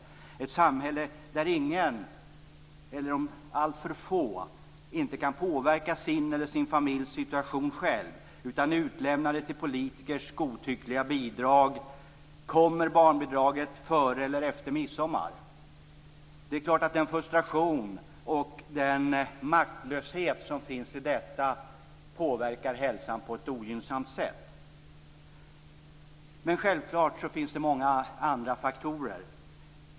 Det är ett samhälle där ingen, eller alltför få, kan påverka sin eller sin familjs situation själv utan är utlämnad till politikers godtyckliga bidrag. Kommer barnbidraget före eller efter midsommar? Det är klart att den frustration och den maktlöshet som finns i detta påverkar hälsan på ett ogynnsamt sätt. Självfallet finns det många andra faktorer.